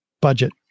budget